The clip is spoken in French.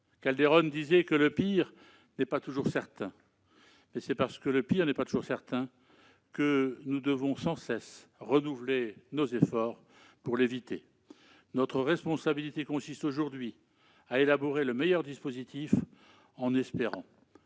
la Barca disait que « le pire n'est pas toujours certain ». Mais c'est parce que le pire n'est pas toujours certain que nous devons sans cesse renouveler nos efforts pour l'éviter. Notre responsabilité consiste aujourd'hui à élaborer le meilleur dispositif, en espérant